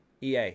EA